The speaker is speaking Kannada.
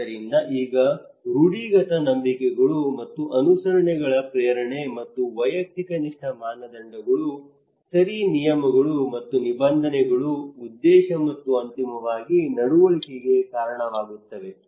ಆದ್ದರಿಂದ ಈಗ ರೂಢಿಗತ ನಂಬಿಕೆಗಳು ಮತ್ತು ಅನುಸರಣೆಗೆ ಪ್ರೇರಣೆ ಮತ್ತು ವ್ಯಕ್ತಿನಿಷ್ಠ ಮಾನದಂಡಗಳು ಸರಿ ನಿಯಮಗಳು ಮತ್ತು ನಿಬಂಧನೆಗಳು ಉದ್ದೇಶ ಮತ್ತು ಅಂತಿಮವಾಗಿ ನಡವಳಿಕೆಗೆ ಕಾರಣವಾಗುತ್ತವೆ